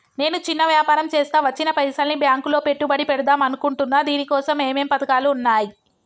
నేను చిన్న వ్యాపారం చేస్తా వచ్చిన పైసల్ని బ్యాంకులో పెట్టుబడి పెడదాం అనుకుంటున్నా దీనికోసం ఏమేం పథకాలు ఉన్నాయ్?